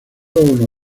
uno